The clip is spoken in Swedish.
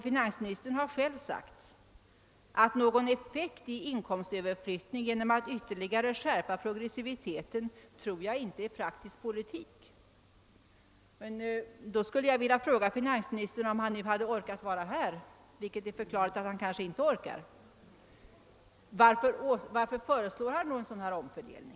Finansministern har själv sagt att någon effekt av inkomstöverflyttningen genom en ytterligare skärpning av progressiviteten inte är praktisk politik. Då skulle jag vilja fråga finansministern, om han nu hade orkat att vara här — det är förklarligt om han inte orkar — varför han nu föreslår en sådan omfördelning.